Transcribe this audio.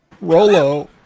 Rolo